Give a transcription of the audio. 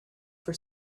for